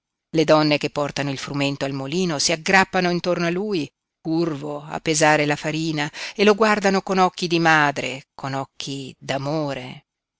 le donne che portano il frumento al molino si aggrappano intorno a lui curvo a pesare la farina e lo guardano con occhi di madre con occhi